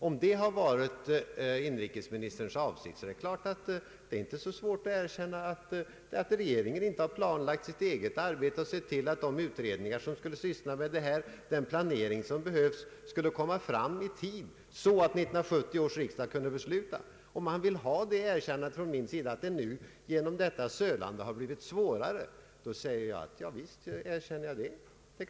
Om det var inrikesministerns avsikt är det klart att det inte är så svårt för mig att erkänna att regeringen inte har planlagt sitt eget arbete och sett till att de utredningar som skulle syssla med detta och den planering som behövs kommit fram i tid så att 1970 års riksdag kunde fatta ett beslut. Vill han ha det erkännandet från mig att det nu genom detta sölande har blivit svårare, svarar jag: Ja, visst erkänner jag det.